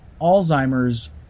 Alzheimer's